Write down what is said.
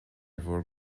bhur